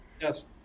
Yes